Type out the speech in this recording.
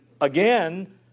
again